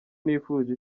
nifuje